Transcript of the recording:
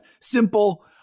Simple